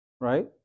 right